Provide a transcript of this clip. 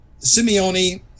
Simeone